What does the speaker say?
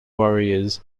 warriors